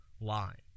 line